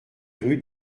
rue